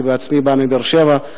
אני עצמי בא מבאר-שבע,